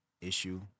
issue